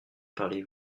parlez